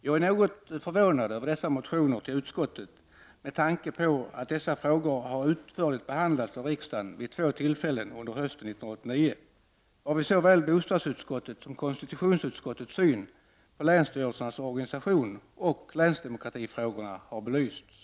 Jag är något förvånad över dessa motioner med tanke på att de här frågorna utförligt har behandlats av riksdagen vid två tillfällen under hösten 1989, varvid såväl bostadsutskottets som konstitutionsutskottets syn på länsstyrelsernas organisation och länsdemokratifrågorna har belysts.